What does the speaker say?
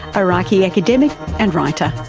iraqi academic and writer.